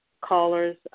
callers